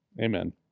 Amen